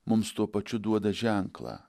mums tuo pačiu duoda ženklą